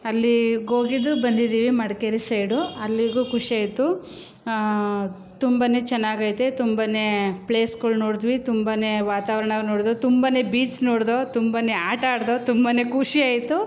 ಅಲ್ಲಿಗೋಗಿದ್ದು ಬಂದಿದ್ದೀವಿ ಮಡಿಕೇರಿ ಸೈಡು ಅಲ್ಲಿಗೂ ಖುಷಿಯಾಯಿತು ತುಂಬನೇ ಚೆನ್ನಾಗೈತೆ ತುಂಬನೇ ಪ್ಲೇಸ್ಗಳು ನೋಡಿದ್ವಿ ತುಂಬನೇ ವಾತಾವರಣ ನೋಡಿದ್ವು ತುಂಬನೇ ಬೀಚ್ ನೋಡಿದ್ವು ತುಂಬನೇ ಆಟ ಆಡಿದ್ವು ತುಂಬನೇ ಖುಷಿಯಾಯಿತು